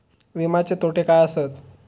विमाचे तोटे काय आसत?